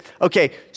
okay